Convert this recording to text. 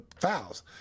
fouls